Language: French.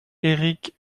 eric